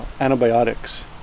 antibiotics